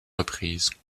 reprises